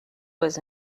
was